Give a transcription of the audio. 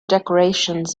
decorations